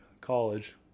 college